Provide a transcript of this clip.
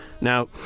Now